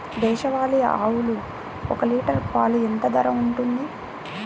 దేశవాలి ఆవులు ఒక్క లీటర్ పాలు ఎంత ధర ఉంటుంది?